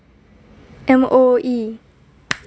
M_O_E